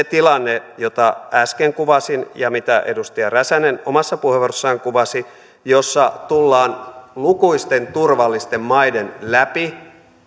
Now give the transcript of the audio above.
tilanne jota äsken kuvasin ja jota edustaja räsänen omassa puheenvuorossaan kuvasi jossa tullaan lukuisten turvallisten maiden läpi